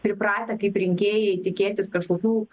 pripratę kaip rinkėjai tikėtis kažkokių